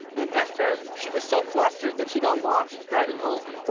and esther, she was so flustered that she got lost driving home.